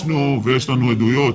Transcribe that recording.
מ.ב.: הרגשנו ויש לנו עדויות.